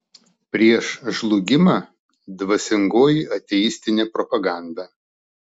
prieš žlugimą dvasingoji ateistinė propaganda